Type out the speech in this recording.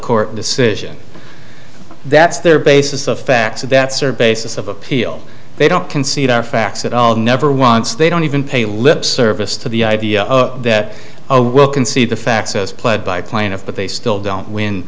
court decision that's their basis of facts that serve basis of appeal they don't concede are facts at all never once they don't even pay lip service to the idea that will concede the facts as played by plaintiff but they still don't win